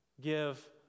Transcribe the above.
give